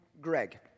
Greg